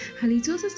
Halitosis